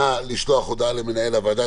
נא לשלוח הודעה למנהל הוועדה,